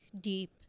deep